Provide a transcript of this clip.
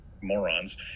morons